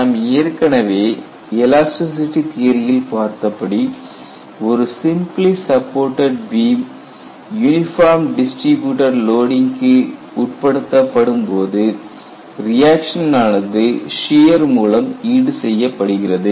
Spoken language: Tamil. நாம் ஏற்கனவே எலாஸ்டிசிட்டி தியரியில் பார்த்தபடி ஒரு simply supported beam uniform distributed லோடிங்க்கு உட்படுத்தப்படும்போது ரியாக்சன் ஆனது சியர் மூலம் ஈடு செய்யப்படுகிறது